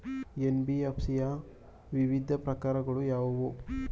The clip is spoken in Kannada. ಎನ್.ಬಿ.ಎಫ್.ಸಿ ಯ ವಿವಿಧ ಪ್ರಕಾರಗಳು ಯಾವುವು?